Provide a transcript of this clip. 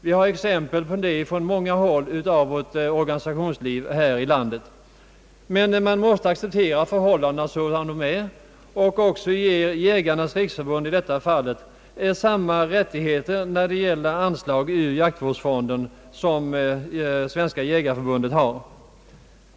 Vi har exempel på det från många håll i organisationslivet här i landet. Man måste acceptera förhållandena sådana de är och då också ge Jägarnas riksförbund samma rättigheter när det gäller anslag ur jaktvårdsfonden som Svenska jägareförbundet har.